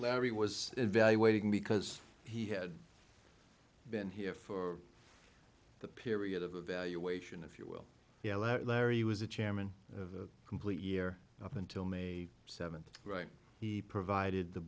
larry was evaluating because he had been here for the period of evaluation if you will yell out larry was the chairman of the complete year up until may seventh right he provided the